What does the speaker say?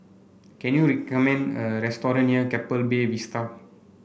can you recommend a restaurant near Keppel Bay Vista